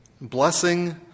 blessing